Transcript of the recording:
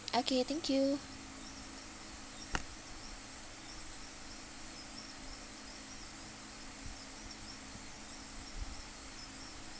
okay thank you